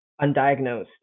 undiagnosed